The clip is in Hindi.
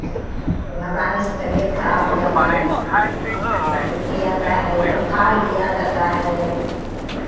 घबड़ाने से तबियत खराब हो जाता है उल्टी आता है बुखार भी आ जाता है